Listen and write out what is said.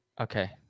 Okay